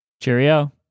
Cheerio